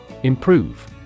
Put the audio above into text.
Improve